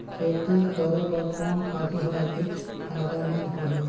खेती करे बर कोन खातु हर अधिक फायदामंद होही?